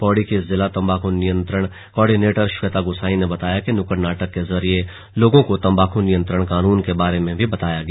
पौड़ी की जिला तंबाकू नियंत्रण कॉर्डिनेटर श्वेता गुंसाई ने बताया कि नुक्कड़ नाटक के जरिये लोगों को तंबाकू नियंत्रण कानून के बारे में भी बताया गया